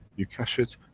you cash it,